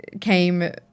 came